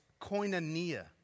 koinonia